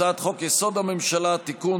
הצעת חוק-יסוד: הממשלה (תיקון,